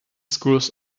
schools